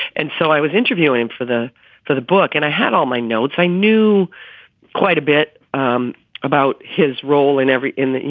and so i was interviewing him for the for the book. and i had all my notes. i knew quite a bit um about his role in every in, you